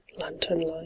lantern-light